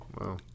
Wow